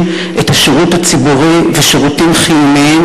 את השירות הציבורי ושירותים חיוניים,